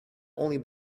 only